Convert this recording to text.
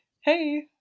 hey